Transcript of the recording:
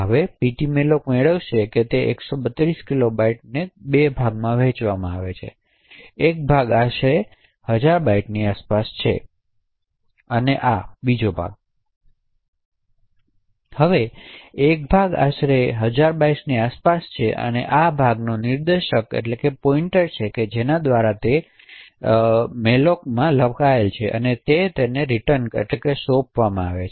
હવે પેટ્માલોક એ મેળવશે કે તે 132 કિલોબાઇટથી તેને 2 ભાગમાં વહેંચશે હવે એક ભાગ આશરે હજાર બાઇટ્સની આસપાસ છે અને આ હવે એક ભાગ આશરે હજાર બાઇટ્સની આસપાસ છે અને આ ભાગનો નિર્દેશક તે છે જેના દ્વારા તે લખાયેલ છે મલોક અને સોંપેલ છે